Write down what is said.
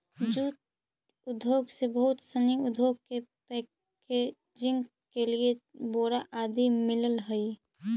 jute उद्योग से बहुत सनी उद्योग के पैकेजिंग के लिए बोरा आदि मिलऽ हइ